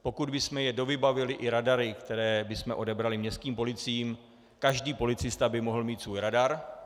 Pokud bychom je dovybavili i radary, které bychom odebrali městským policiím, každý policista by mohl mít svůj radar.